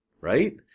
right